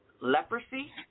leprosy